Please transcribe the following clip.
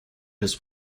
his